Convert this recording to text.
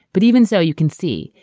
but even so you can see,